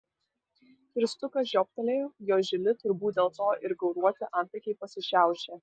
kirstukas žiobtelėjo jo žili turbūt dėl to ir gauruoti antakiai pasišiaušė